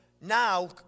now